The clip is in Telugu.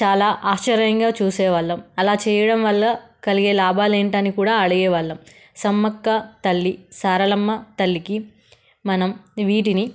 చాలా ఆశ్చర్యంగా చూసే వాళ్ళము అలా చేయడం వల్ల కలిగే లాభాలు ఏంటి అని కూడా అడిగే వాళ్ళము సమ్మక్క తల్లి సారలమ్మ తల్లికి మనం వీటిని